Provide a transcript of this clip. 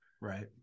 Right